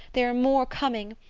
there are more coming!